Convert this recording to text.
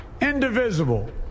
indivisible